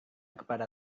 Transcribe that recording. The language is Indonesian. kepada